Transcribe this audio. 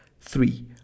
three